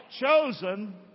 Chosen